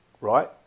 right